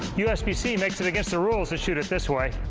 usbc makes it against the rules to shoot it this way.